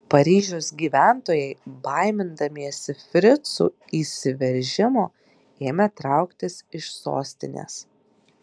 paryžiaus gyventojai baimindamiesi fricų įsiveržimo ėmė trauktis iš sostinės